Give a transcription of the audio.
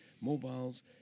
mobiles